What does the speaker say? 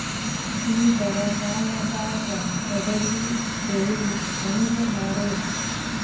ಈ ಬರಗಾಲದಾಗ ಕಡಲಿ ಬೆಳಿ ಹೆಂಗ ಮಾಡೊದು?